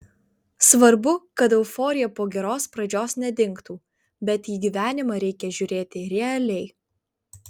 svarbu kad euforija po geros pradžios nedingtų bet į gyvenimą reikia žiūrėti realiai